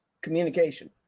communication